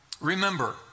Remember